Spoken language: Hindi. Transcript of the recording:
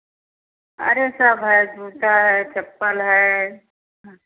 अरे सब है जूता है चप्पल है